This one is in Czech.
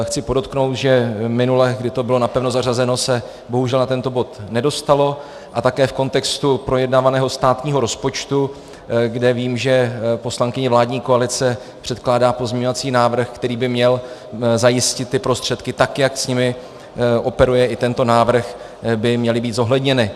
Chci podotknout, že minule, kdy to bylo napevno zařazeno, se bohužel na tento bod nedostalo, a také v kontextu projednávaného státního rozpočtu, kde vím, že poslankyně vládní koalice předkládá pozměňovací návrh, který by měl zajistit ty prostředky tak, jak s nimi operuje i tento návrh, by měly být zohledněny.